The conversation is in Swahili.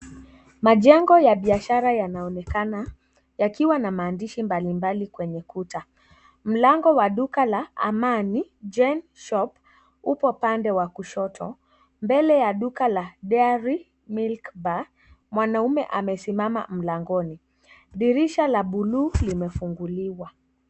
Majengo ya biashara yanaonekana yakiwa na maandishi mbalimbali kwenye kuta. Mlango wa duka la Amani Gen Shop uko pande wa kushoto mbele ya duka la dairy milk bar mwanaume amesimama mlangoni. Dirisha la buluu limefunguliwa.